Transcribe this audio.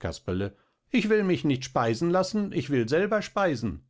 casperle ich will mich nit speisen laßen ich will selber speisen